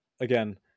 again